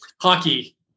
hockey